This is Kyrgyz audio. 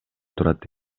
турат